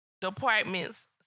department's